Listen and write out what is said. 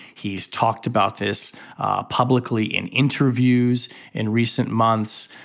he's talked about this publicly in interviews in recent months.